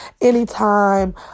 anytime